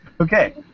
Okay